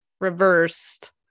reversed